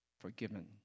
forgiven